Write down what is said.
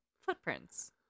Footprints